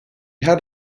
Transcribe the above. had